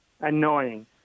Annoying